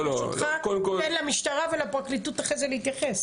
ברשותך, תן למשטרה ולפרקליטות להתייחס.